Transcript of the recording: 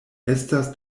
estas